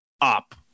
up